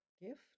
gift